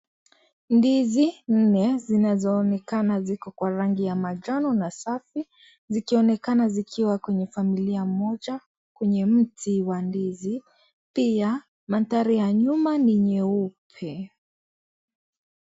Ndizi nne zinazoonekana ziko kwa rangi ya manjano na safi zikionekana zikiwa kwenye familia moja kwenye mti wa ndizi pia mandhari ya nyuma ni nyeupe.